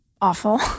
awful